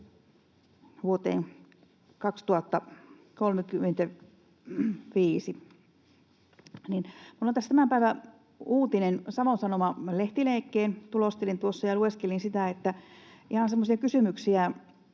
vuoteen 2035. Minulla on tässä tämän päivän uutinen, Savon Sanomien lehtileikkeen tulostelin tuossa ja lueskelin sitä, ja ihan semmoisia kysymyksiä: